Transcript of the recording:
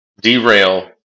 derail